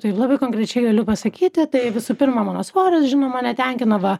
taip labai konkrečiai galiu pasakyti tai visų pirma mano svoris žinoma netenkina va